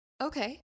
Okay